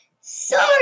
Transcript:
Sorry